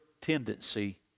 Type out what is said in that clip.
tendency